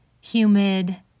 humid